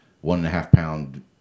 one-and-a-half-pound